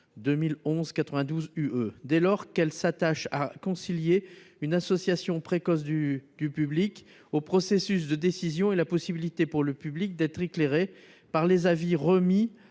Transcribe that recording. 2011/92/UE, dès lors qu'elles s'attachent à concilier une association précoce du public au processus de décision et la possibilité, pour le public, d'être éclairé par les avis remis